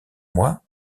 mois